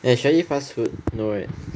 eh shall I eat fast food no right